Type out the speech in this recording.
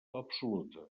absoluta